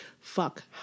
fuck